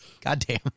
goddamn